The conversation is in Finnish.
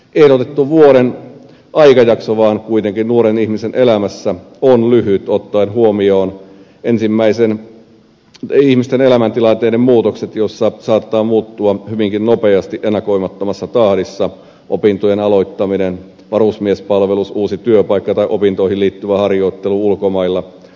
ehdotettu vuoden aikajakso vaan on kuitenkin nuoren ihmisen elämässä lyhyt ottaen huomioon ihmisten elämäntilanteiden muutokset joissa saattaa muuttua hyvinkin nopeasti ennakoimattomassa tahdissa opintojen aloittaminen varusmiespalvelus uusi työpaikka tai opintoihin liittyvä harjoittelu ulkomailla